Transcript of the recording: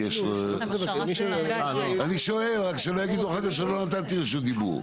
אני שואל, שלא יגידו אחר כך שלא נתתי רשות דיבור.